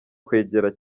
kwegera